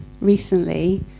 recently